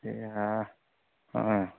ঠিকে অঁ